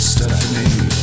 Stephanie